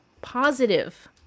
positive